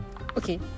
Okay